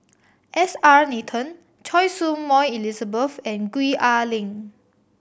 S R Nathan Choy Su Moi Elizabeth and Gwee Ah Leng